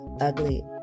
ugly